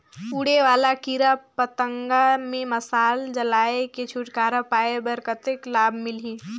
उड़े वाला कीरा पतंगा ले मशाल जलाय के छुटकारा पाय बर कतेक लाभ मिलही?